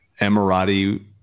Emirati